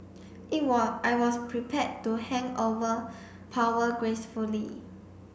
it was I was prepared to hand over power gracefully